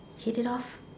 hit it off